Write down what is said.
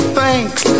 thanks